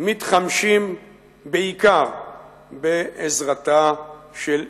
מתחמשים בעיקר בעזרתה של אירן.